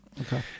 Okay